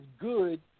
good